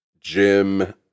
Jim